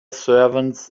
servants